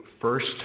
first